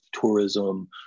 tourism